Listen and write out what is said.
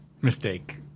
mistake